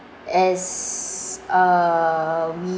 as uh we